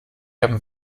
haben